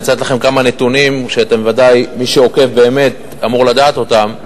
אני רוצה לתת לכם כמה נתונים שמי שעוקב באמת אמור לדעת אותם: